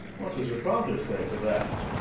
what does your father say to that?